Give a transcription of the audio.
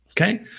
Okay